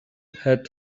had